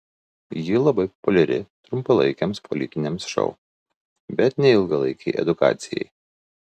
ji labai populiari trumpalaikiams politiniams šou bet ne ilgalaikei edukacijai